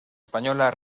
española